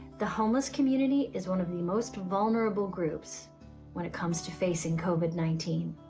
the homeless community is one of the most vulnerable groups when it comes to facing covid nineteen.